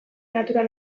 natural